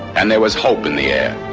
and there was hope in the air.